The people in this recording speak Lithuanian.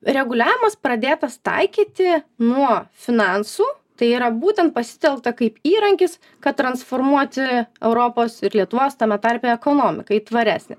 reguliavimas pradėtas taikyti nuo finansų tai yra būtent pasitelkta kaip įrankis kad transformuoti europos ir lietuvos tame tarpe ekonomiką į tvaresnę